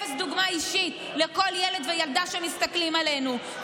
אפס דוגמה אישית לכל ילד וילדה שמסתכלים עלינו.